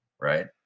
right